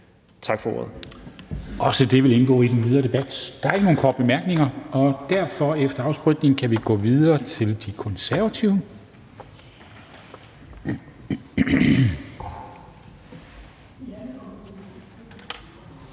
Dam Kristensen): Også det vil indgå i den videre debat. Der er ikke nogen korte bemærkninger, og derfor kan vi – efter afspritning – gå videre til De Konservative.